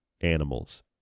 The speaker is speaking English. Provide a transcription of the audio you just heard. animals